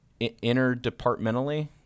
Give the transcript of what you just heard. interdepartmentally